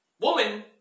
woman